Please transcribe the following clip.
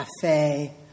cafe